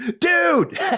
dude